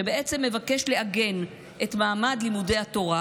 שבעצם מבקשת לעגן את מעמד לימודי התורה